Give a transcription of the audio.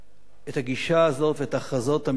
את הגישה הזאת ואת ההכרזות המיותרות,